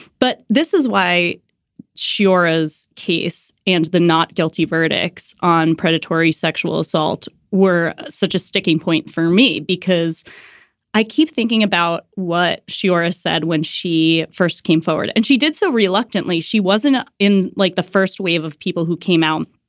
but this is why she maura's case and the not guilty verdicts on predatory sexual assault were such a sticking point for me, because i keep thinking about what shira said when she first came forward and she did so reluctantly. she wasn't ah in like the first wave of people who came out.